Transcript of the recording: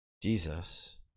Jesus